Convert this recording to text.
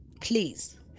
please